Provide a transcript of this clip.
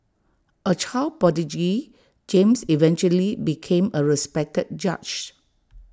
A child prodigy James eventually became A respected judge